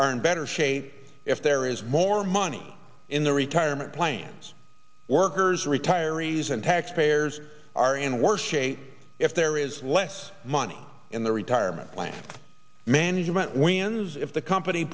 are in better shape if there is more money in their retirement plans workers retirees and taxpayers are in worse shape if there is less money in their retirement plan management wins if the company